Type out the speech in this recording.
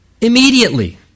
immediately